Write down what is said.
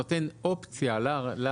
הוא סעיף שנותן אופציה לשרים,